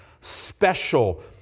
special